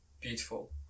Beautiful